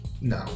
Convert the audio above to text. No